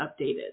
updated